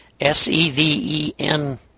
S-E-V-E-N